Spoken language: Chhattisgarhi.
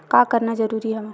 का करना जरूरी हवय?